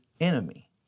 enemy